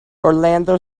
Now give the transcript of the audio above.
orlando